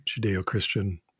judeo-christian